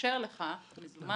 שמאפשר לך מזומן,